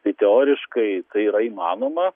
tai teoriškai tai yra įmanoma